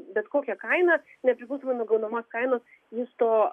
bet kokią kainą nepriklausomai nuo gaunamos kainos jis to